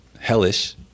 hellish